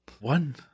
One